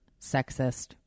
sexist